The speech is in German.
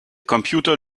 computer